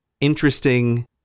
interesting